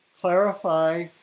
clarify